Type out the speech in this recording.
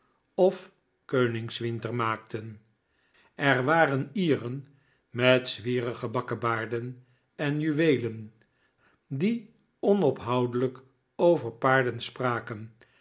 of konigswinter maakten er waren ieren met zwierige bakkebaarden en juweelen die onophoudelijk over paarden spraken